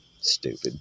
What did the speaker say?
Stupid